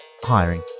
hiring